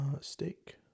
steak